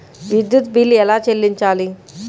విద్యుత్ బిల్ ఎలా చెల్లించాలి?